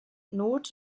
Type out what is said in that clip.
not